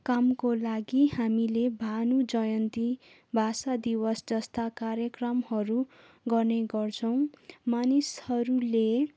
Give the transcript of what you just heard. कामको लागि हामीले भानु जयन्ती भाषा दिवस जस्ता कार्यक्रमहरू गर्ने गर्छौँ मानिसहरूले